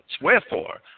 Wherefore